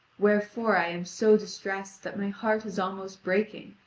wherefore i am so distressed that my heart is almost breaking,